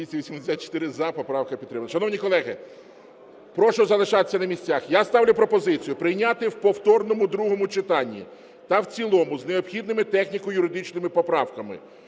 За-284 Поправка підтримана. Шановні колеги, прошу залишатися на місцях. Я ставлю пропозицію прийняти в повторному другому читанні та в цілому з необхідними техніко-юридичними поправками